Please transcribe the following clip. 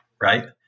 right